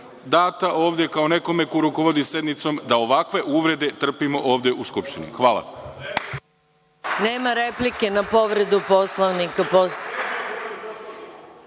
data ovde kao nekome ko rukovodi sednicom da ovakve uvrede trpimo ovde u Skupštini. Hvala.(Zoran